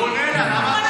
אבל הוא עונה לה.